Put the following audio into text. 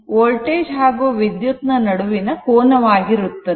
θ ನಿಜವಾಗಿ ವೋಲ್ಟೇಜ್ ಹಾಗೂ ವಿದ್ಯುತ್ ನ ನಡುವಿನ ಕೋನವಾಗಿರುತ್ತದೆ